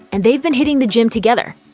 and they've been hitting the gym together.